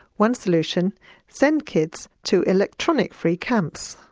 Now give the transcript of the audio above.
one solution send kids to electronic-free camps.